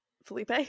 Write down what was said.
Felipe